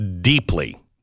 deeply